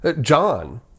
John